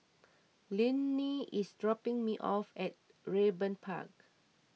Linnie is dropping me off at Raeburn Park